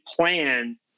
plan